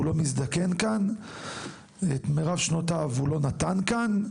הוא לא מזדקן כאן, את מרב שנותיו הוא לא נתן כאן.